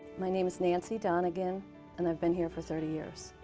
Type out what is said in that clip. my name is nancy donagan and i've been here for thirty years.